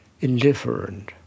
indifferent